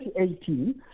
2018